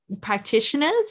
practitioners